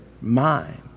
mind